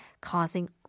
causing